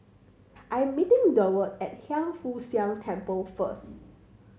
I'm meeting Durward at Hiang Foo Siang Temple first